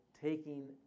taking